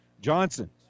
Johnson